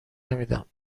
نمیدم